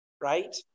Right